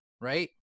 right